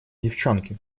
девчонки